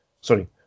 Sorry